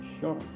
Sure